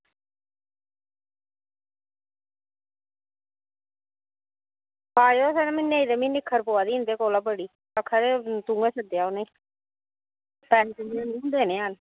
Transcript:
आयो नेईं ता मिगी निक्खर पवा दी इंदे कोला बड़ी आक्खा दे हे कियां सद्देआ उनें ई पैसे निं हून देने हैन